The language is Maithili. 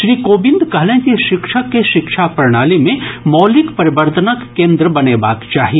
श्री कोविंद कहलनि जे शिक्षक के शिक्षा प्रणाली मे मौलिक परिवर्तनक केंद्र बनेबाक चाही